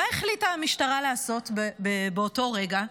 מה החליטה המשטרה לעשות באותו רגע?